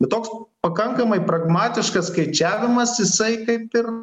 bet toks pakankamai pragmatiškas skaičiavimas jisai kaip ir